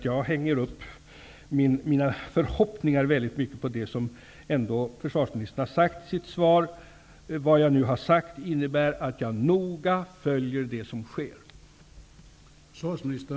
Jag hänger upp mina förhoppningar på det som försvarsminstern har sagt i svaret, och jag kommer att noga följa det som sker.